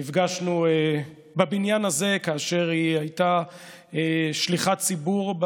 נפגשנו בבניין הזה כאשר היא הייתה שליחת ציבור,